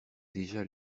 déjà